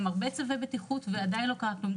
הרבה צווי בטיחות ועדיין לא קרה כלום.